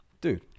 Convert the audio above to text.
Dude